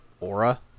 aura